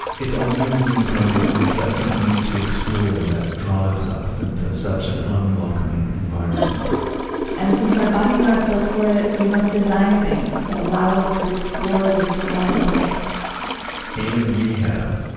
it's only humankind's incessant need to explore that drives us into such an unwelcoming environment and since our bodies aren't built for it, we must design things that allow us to explore this foreign place and we have,